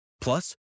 Plus